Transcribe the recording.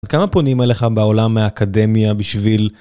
עד כמה פונים אליך בעולם מהאקדמיה בשביל.